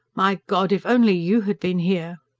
my god, if only you had been here!